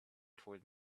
towards